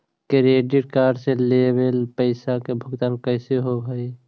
Credit card से लेवल पैसा के भुगतान कैसे होव हइ?